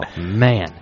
Man